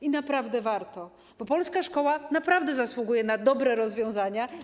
I naprawdę warto, bo polska szkoła naprawdę zasługuje na dobre rozwiązania.